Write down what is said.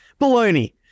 baloney